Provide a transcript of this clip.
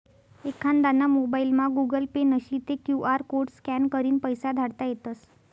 एखांदाना मोबाइलमा Google Pay नशी ते क्यु आर कोड स्कॅन करीन पैसा धाडता येतस